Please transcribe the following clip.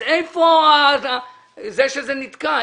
אז איפה זה נתקע?